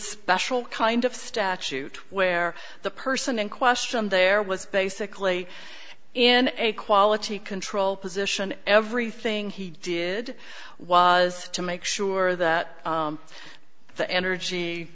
special kind of statute where the person in question there was basically in a quality control position everything he did was to make sure that the energy